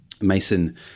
Mason